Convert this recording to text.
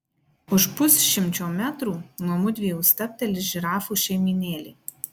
už pusšimčio metrų nuo mudviejų stabteli žirafų šeimynėlė